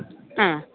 ആ